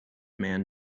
man